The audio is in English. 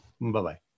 Bye-bye